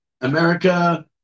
America